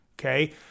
Okay